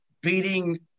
beating –